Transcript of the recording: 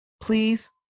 please